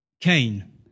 Cain